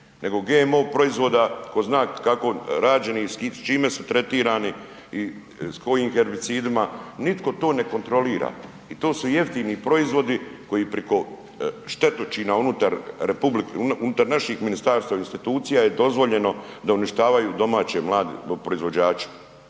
nego GMO proizvoda ko zna kako rađenih i s čime su tretirani i s koji herbicidima, nitko to ne kontrolira i to su jeftini proizvodi koji preko štetočina unutar naših ministarstava i institucija je dozvoljeno da uništavaju domaće mlade proizvođače